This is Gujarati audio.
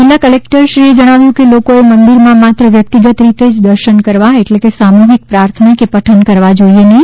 જિલ્લા કલેકટરશ્રીએ જણાવ્યું છે કે લોકોએ મંદિરમાં માત્ર વ્યક્તિગત રીતે જ દર્શન કરવા એટલે કે સામૂહિક પ્રાર્થના કે પઠન કરવાં જોઇએ નહી